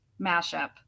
mashup